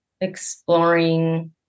exploring